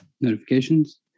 notifications